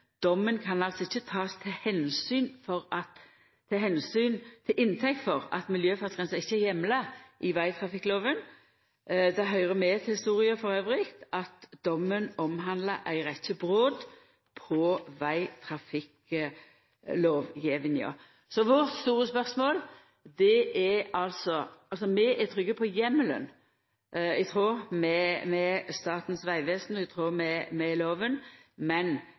Dommen kan altså ikkje takast til inntekt for at miljøfartsgrensa ikkje er heimla i vegtrafikklova. Det høyrer elles med til historia at dommen handlar om ei rekkje brot på vegtrafikklova. Så vårt store spørsmål er: Vi er trygge på at heimelen er i tråd med Statens vegvesen og i tråd med lova, men